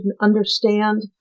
understand